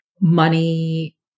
money